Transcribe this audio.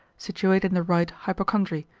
situate in the right hypochondry,